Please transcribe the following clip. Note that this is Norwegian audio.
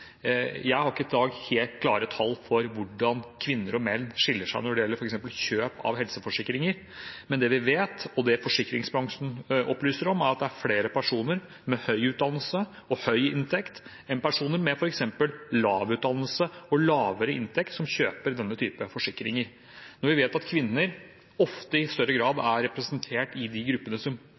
Jeg har ikke i dag helt klare tall for hvordan kvinner og menn skilles ad når det gjelder f.eks. kjøp av helseforsikringer, men det vi vet, og det forsikringsbransjen opplyser om, er at det er flere personer med høy utdannelse og høy inntekt enn personer med f.eks. lav utdannelse og lavere inntekt som kjøper denne typen forsikringer. Når vi vet at kvinner ofte i større grad er representert i de gruppene som